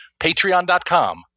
Patreon.com